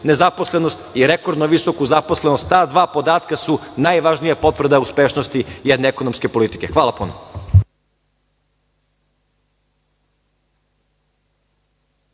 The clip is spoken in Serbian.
nezaposlenost i rekordno visoku zaposlenost. Ta dva podatka su najvažnija potvrda uspešnosti jedne ekonomske politike. Hvala puno.